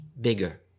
bigger